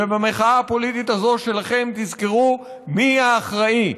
ובמחאה הפוליטית הזאת שלכם תזכרו מי האחראי.